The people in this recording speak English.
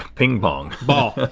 ping pong. ball.